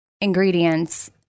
ingredients